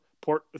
Port